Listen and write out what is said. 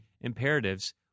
imperatives